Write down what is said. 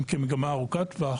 כמגמה ארוכת טווח